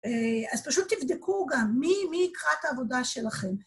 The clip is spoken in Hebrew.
אה... אז פשוט תבדקו גם, מי מי יקרא את העבודה שלכם.